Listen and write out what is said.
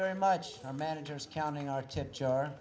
very much for managers counting our tip jar